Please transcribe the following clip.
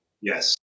Yes